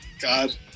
God